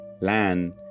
land